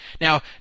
Now